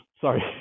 sorry